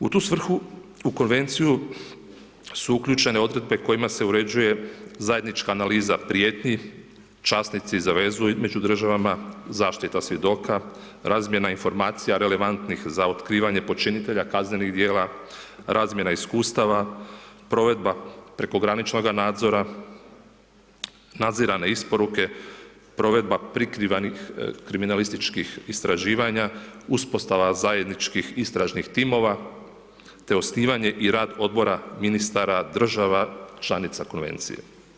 U tu svrhu u Konvenciju su uključene odredbe kojima se uređuje zajednička analiza prijetnji, časnici za vezu među državama, zaštita svjedoka, razmjena informacija relevantnih za otkivanje počinitelja kaznenih djela, razmjena iskustava, provedba prekograničnoga nadzora, nadzirane isporuke, provedba prikrivenih kriminalističkih istraživanja, uspostava zajedničkih istražnih timova te osnivanje i rad odbora ministara država članica Konvencije.